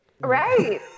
Right